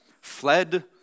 fled